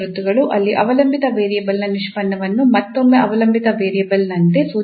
ಅಲ್ಲಿ ಅವಲಂಬಿತ ವೇರಿಯೇಬಲ್ನ ನಿಷ್ಪನ್ನವನ್ನು ಮತ್ತೊಮ್ಮೆ ಅವಲಂಬಿತ ವೇರಿಯೇಬಲ್ನಂತೆ ಸೂಚಿಸಲಾಗುತ್ತದೆ